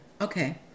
Okay